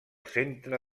centre